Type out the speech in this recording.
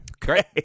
Great